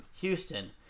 Houston